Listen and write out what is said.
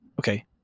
okay